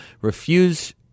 refuse